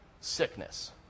sickness